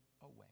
away